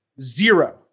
Zero